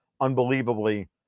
unbelievably